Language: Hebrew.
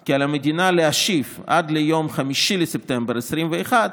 כי על המדינה להשיב עד ליום 5 בספטמבר 2021,